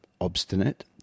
obstinate